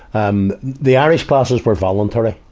um the irish classes were voluntary.